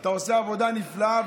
אתה עושה עבודה נפלאה,